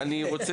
אני רוצה